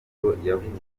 w’umunyamerika